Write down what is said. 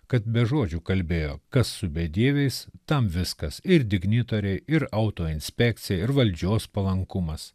kad be žodžių kalbėjo kas su bedieviais tam viskas ir dignitoriai ir autoinspekcija ir valdžios palankumas